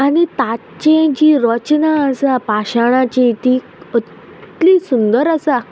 आनी ताची जी रचना आसा पाशाणाची ती इतली सुंदर आसा